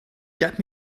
get